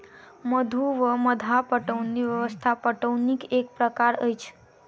मद्दु वा मद्दा पटौनी व्यवस्था पटौनीक एक प्रकार अछि